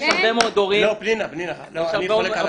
לא, פנינה, אני חולק עליך.